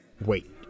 Wait